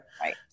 right